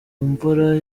mvura